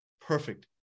Perfect